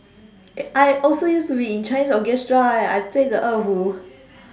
I also used to be in chinese orchestra eh I play the 二胡